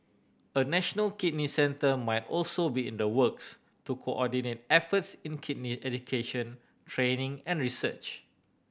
a national kidney centre might also be in the works to coordinate efforts in kidney education training and research